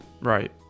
right